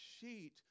sheet